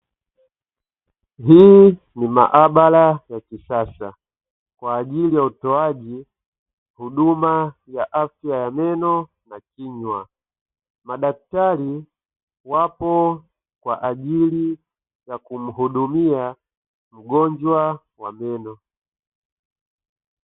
Hii ni maabara ya kisasa, kwa ajili ya utoaji wa huduma ya afya ya meno na kinywa. Madaktari wapo kwa ajili ya kumhudumia mgonjwa wa meno.